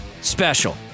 special